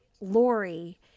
Lori